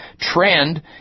trend